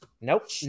nope